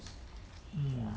mm